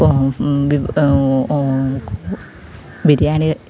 ഓ biryani